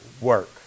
work